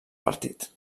partit